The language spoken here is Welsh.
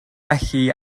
felly